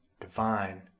divine